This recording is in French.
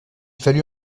fallut